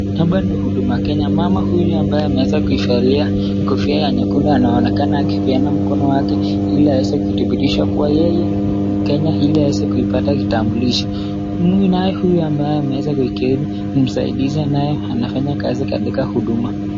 Hapa ni huduma Kenya, mama huyu ambaye ameweza kuivalia kofia ya nyakundu anaonekana akipeana mkono wake ili aweze kudhibitisha kuwa yeye ni Mkenya ili aweze kuipata kitambulisho. Huyu naye huyu ameweza kuiketi ni msaidizi anayefanya kazi katika huduma.